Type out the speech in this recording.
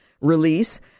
release